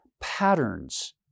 patterns